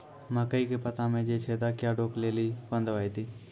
मकई के पता मे जे छेदा क्या रोक ले ली कौन दवाई दी?